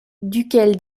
duquel